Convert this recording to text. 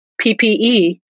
PPE